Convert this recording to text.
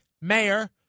mayor